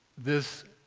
this